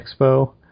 Expo